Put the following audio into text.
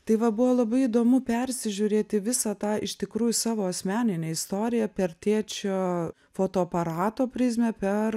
tai va buvo labai įdomu persižiūrėti visą tą iš tikrųjų savo asmeninę istoriją per tėčio fotoaparato prizmę per